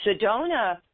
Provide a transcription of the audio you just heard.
Sedona